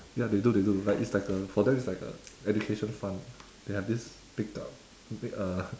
ya they do they do like it's like a for them its like a education fund they have this picked up uh